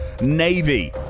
Navy